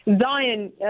Zion